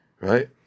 Right